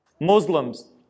Muslims